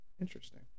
Interesting